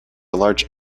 large